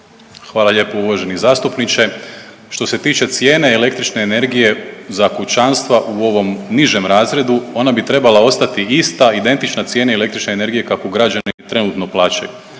Hvala lijepo uvaženi zastupniče. Što se tiče cijene električne energije za kućanstva u ovom nižem razredu ona bi trebala ostati ista, identična cijeni električne energije kakvu građani trenutno plaćaju